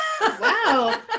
Wow